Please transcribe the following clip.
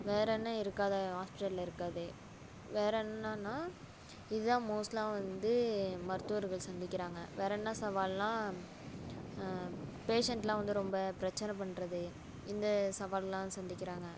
வேற என்ன இருக்காது ஹாஸ்பிட்டல்ல இருக்காது வேற என்னன்னா இதான் மோஸ்ட்டாக வந்து மருத்துவர்கள் சந்திக்கிறாங்க வேற என்ன சவால்ன்னால் பேஷண்ட்லாம் வந்து ரொம்ப பிரச்சனை பண்ணுறது இந்த சவால்லாம் சந்திக்கிறாங்க